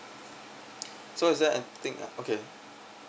so is there anything okay